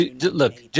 Look